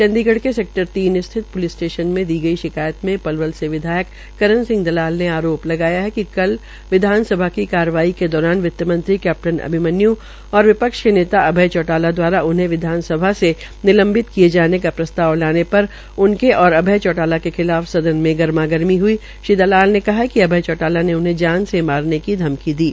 चंडीगढ़ के सेक्टर तीन स्थित प्लिस स्टेश्न में दी गई शिकायत में पलवल से विधायक करण सिंह दलाल ने आरोप लगाया कि कल विधानसभा की कार्रवाई के दौरान वित्तमंत्री कैप्टन अभिमन्यू और विपक्ष के नेता अभय चौटाला द्वारा उन्हें विधानसभा से निलंवित किये जाने का प्रस्ताव लाने पर उनके ओर अभय चौटाला के खिलाफ सदन में गरमा गरमी हई श्री दलाल ने कहा कि अभय चौटाला ने उन्हें जान से मारने की धमकी दी